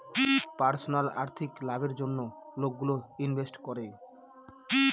personal আর্থিক লাভের জন্য লোকগুলো ইনভেস্ট করে